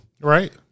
right